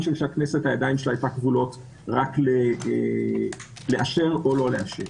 כי הכנסת ידיה היו כבולות רק לאשר או לא לאשר.